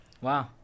Wow